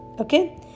okay